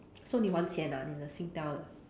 so 你还钱 ah 你的 Singtel 的